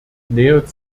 nähert